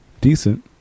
Decent